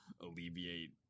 alleviate